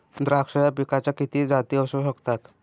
द्राक्ष या पिकाच्या किती जाती असू शकतात?